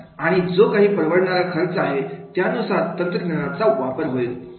आणि जो काही परवडणारा खर्च आहे त्यानुसार तंत्रज्ञानाचा वापर होईल